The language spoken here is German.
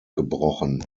gebrochen